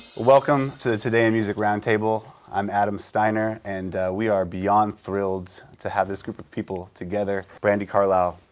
welcome to today's music roundtable. i'm adam steiner. and we are beyond thrilled to have this group of people together brandi carlile,